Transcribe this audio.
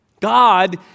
God